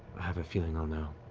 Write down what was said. have a feeling i'll know.